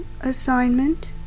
assignment